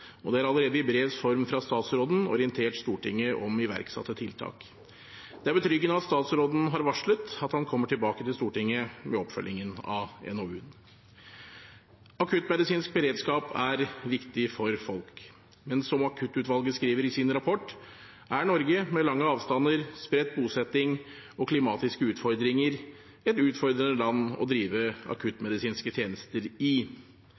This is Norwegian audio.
og statsråden har allerede i brevs form orientert Stortinget om iverksatte tiltak. Det er betryggende at statsråden har varslet at han kommer tilbake til Stortinget med oppfølgingen av NOU-en. Akuttmedisinsk beredskap er viktig for folk. Men som Akuttutvalget skriver i sin rapport, er Norge – med lange avstander, spredt bosetting og klimatiske utfordringer – et utfordrende land å drive akuttmedisinske tjenester i.